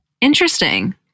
Interesting